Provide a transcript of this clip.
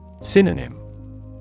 Synonym